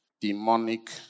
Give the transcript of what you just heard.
demonic